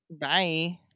bye